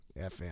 FM